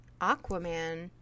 Aquaman